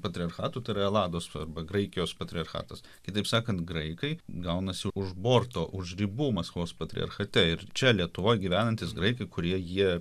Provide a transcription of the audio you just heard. patriarchatų tai yra elados arba graikijos patriarchatas kitaip sakant graikai gaunasi už borto už ribų maskvos patriarchate ir čia lietuvoj gyvenantys graikai kurie jie